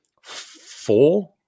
four